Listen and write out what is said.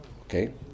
Okay